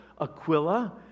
Aquila